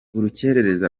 urukerereza